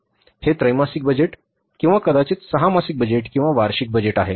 हे त्रैमासिक बजेट किंवा कदाचित 6 मासिक बजेट किंवा वार्षिक बजेट आहे